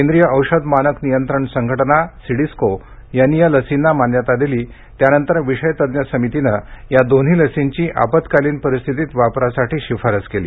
केंद्रीय औषध मानक नियंत्रण संघटना सीडीस्को यांनी या लसींना मान्यता दिली त्यानंतर विषय तज्ञ समितीनं या दोन्ही लसींची आपत्कालीन परिस्थितीत वापरासाठी शिफारस केली